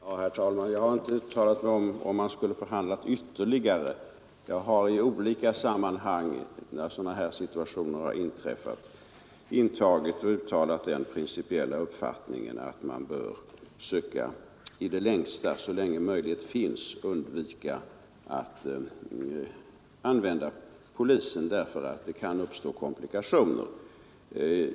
Herr talman! Jag har inte uttalat mig om huruvida man skulle ha förhandlat »ytterligare. Jag har i olika sammanhang, när sådana här situationer inträffat, uttalat den principiella uppfattningen att man bör söka så länge möjlighet finns undvika att använda polisen, därför att det kan uppstå komplikationer.